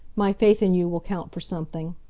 my faith in you will count for something.